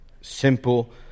simple